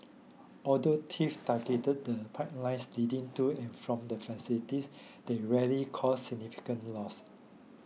although thieves targeted the pipelines leading to and from the facilities they rarely caused significant loss